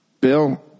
Bill